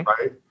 Right